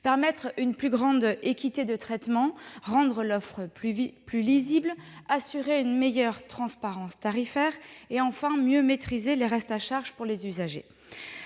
permettre une plus grande équité de traitement, de rendre l'offre plus lisible, d'assurer une meilleure transparence tarifaire, et de mieux maîtriser les restes à charge pour les usagers.